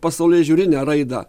pasaulėžiūrinę raidą